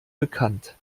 bekannt